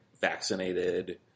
vaccinated